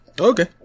Okay